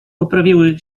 poprawiły